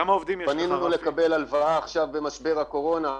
פנינו לקבל הלוואה עכשיו, במשבר הקורונה.